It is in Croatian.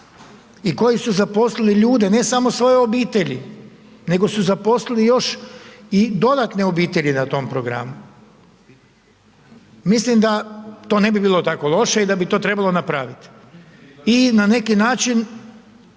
i koji su zaposlili ljude, ne samo svoje obitelji, nego su zaposlili još i dodatne obitelji na tom programu. Mislim da to ne bi bilo tako loše i da bi to trebalo napraviti. I na neki način